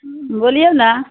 बोलियौ ने